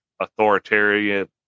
authoritarian